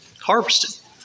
harvested